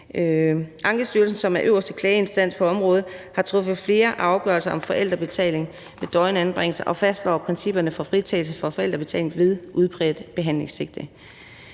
Ankestyrelsen, som er øverste klageinstans på området, har truffet flere afgørelser om forældrebetaling ved døgnanbringelse og fastslår principperne for fritagelse for forældrebetaling ved udpræget behandlingssigte.